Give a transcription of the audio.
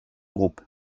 groupe